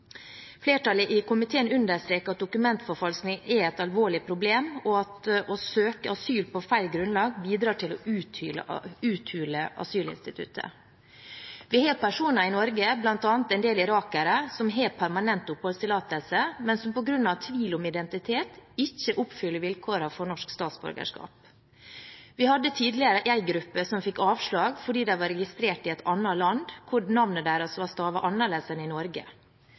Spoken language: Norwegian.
Flertallet i komiteen understreker at dokumentforfalskning er et alvorlig problem, og at å søke asyl på feil grunnlag bidrar til å uthule asylinstituttet. Vi har personer i Norge, bl.a. en del irakere, som har permanent oppholdstillatelse, men som på grunn av tvil om identitet ikke oppfyller vilkårene for norsk statsborgerskap. Vi hadde tidligere en gruppe som fikk avslag fordi de var registrert i et annet land, hvor navnene deres var stavet annerledes enn i Norge.